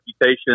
reputation